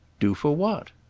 do for what?